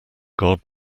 god